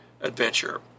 adventure